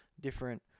different